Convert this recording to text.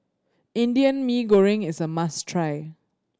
Indian Mee Goreng is a must try